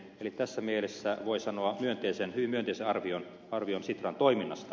eli tässä mielessä voi sanoa hyvin myönteisen arvion sitran toiminnasta